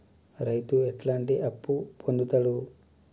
రైతు ఎట్లాంటి అప్పు పొందుతడు?